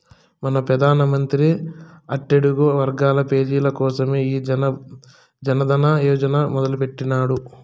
మన పెదానమంత్రి అట్టడుగు వర్గాల పేజీల కోసరమే ఈ జనదన యోజన మొదలెట్టిన్నాడు